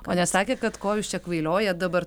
o nesakė kad ko jūs čia kvailiojate dabar